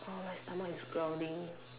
oh my stomach is growling